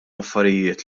affarijiet